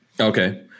okay